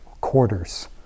quarters